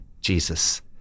Jesus